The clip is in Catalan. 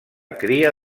cria